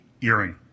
earring